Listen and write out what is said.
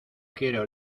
quiero